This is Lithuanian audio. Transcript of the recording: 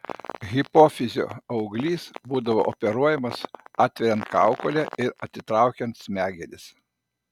hipofizio auglys būdavo operuojamas atveriant kaukolę ir atitraukiant smegenis